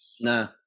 No